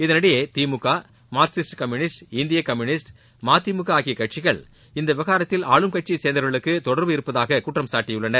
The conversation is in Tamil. இதனிடையே திமுக மார்க்சிஸ்ட் கம்யூனிஸ்ட் இந்திய கம்யூனிஸ்ட் மதிமுக ஆகிய கட்சிகள் இந்த விவகாரத்தில் ஆளும் கட்சியை சேர்ந்தவர்களுக்கு தொடர்பு இருப்பதாக குற்றம் சாட்டியுள்ளனர்